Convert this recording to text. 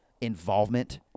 involvement